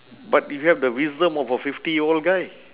but you have the wisdom of a fifty year old guy